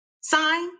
Sign